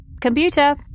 Computer